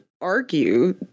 argue